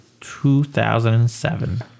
2007